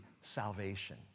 salvation